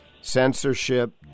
Censorship